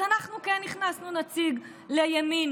אז אנחנו כן הכנסנו נציג לימין,